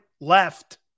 left